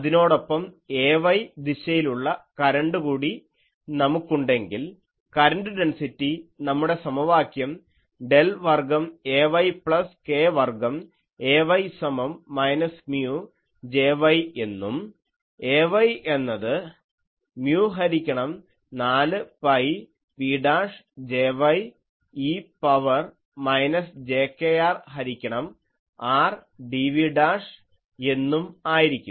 അതിനോടൊപ്പം Ay ദിശയിലുള്ള current കൂടി നമുക്കുണ്ടെങ്കിൽ കരണ്ട് ഡെൻസിറ്റി നമ്മുടെ സമവാക്യം ഡെൽ വർഗ്ഗം Ay പ്ലസ് k വർഗ്ഗം Ay സമം മൈനസ് മ്യൂ Jy എന്നും Ay എന്നത് മ്യൂ ഹരിക്കണം 4 pi v' Jy e power minus j kr ഹരിക്കണം r dv' എന്നും ആയിരിക്കും